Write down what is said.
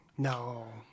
No